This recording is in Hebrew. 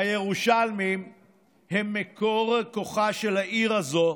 הירושלמים הם מקור כוחה של העיר הזאת.